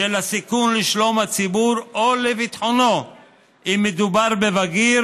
בשל סיכון לשלום הציבור או לביטחונו (אם מדובר בבגיר